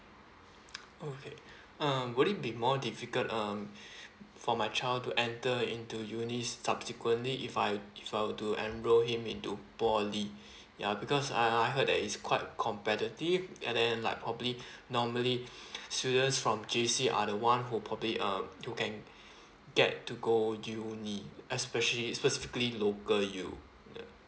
okay um would it be more difficult um for my child to enter into uni subsequently if I if I were to enroll him into poly ya because uh I heard that is quite competitive and then like probably normally students from J_C are the one who probably uh who can get to go uni especially specifically local U ya